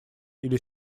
или